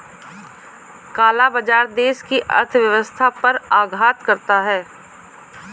काला बाजार देश की अर्थव्यवस्था पर आघात करता है